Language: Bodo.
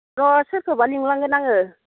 र' सोरखौबा लिंलांगोन आङो